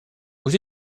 aux